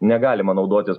negalima naudotis